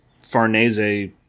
Farnese